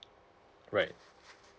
right